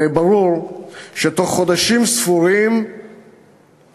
הרי ברור שלא יהיה תוך חודשים ספורים הסדר